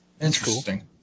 interesting